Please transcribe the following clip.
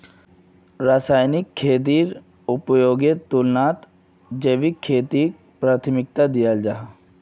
रासायनिक खेतीर उपयोगेर तुलनात जैविक खेतीक प्राथमिकता दियाल जाहा